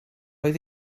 oedd